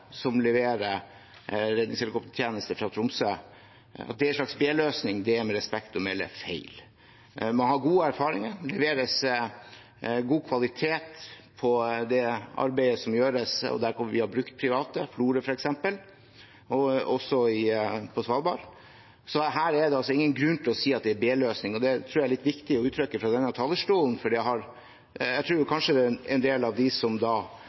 er med respekt å melde feil. Man har gode erfaringer. Det leveres god kvalitet i det arbeidet som gjøres der vi har brukt private, f.eks. i Florø og også på Svalbard, så her er det altså ingen grunn til å si at det er en b-løsning. Det tror jeg er litt viktig å uttrykke fra denne talerstolen, for jeg tror kanskje at en del av dem som står bak og leverer de private løsningene, oppfatter de påstandene som